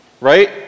right